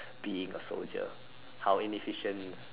being a soldier how inefficient